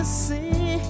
see